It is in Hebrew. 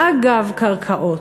ואגב קרקעות,